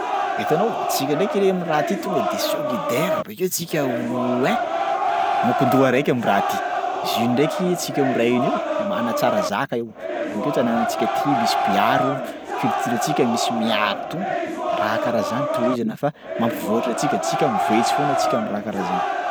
Hitanao tsika ndraiky anie am'raha ty tonga de solidaire bakeo tsika olo ein mokon-doha araiky am'raha ty zio ndraiky tsika miray hina io manatsara zaka io bôkeo tanànatsika ty misy mpiaro, culturantsika misy miaro to raha karaha zany tohizana fa mampivoatra antsika tsika mivoetsy foana tsika am'raha karaha zany.